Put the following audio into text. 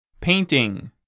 Painting